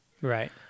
Right